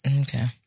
Okay